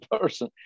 person